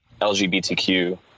LGBTQ